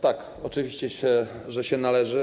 Tak, oczywiście, że się należy.